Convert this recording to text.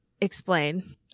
explain